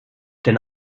denn